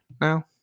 now